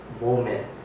moment